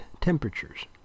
temperatures